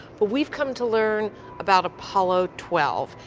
but we've come to learn about apollo twelve.